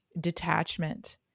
detachment